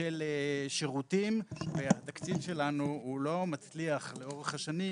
של שירותים והתקציב שלנו הוא לא מצליח לאורך השנים